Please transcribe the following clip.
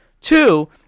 Two